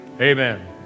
Amen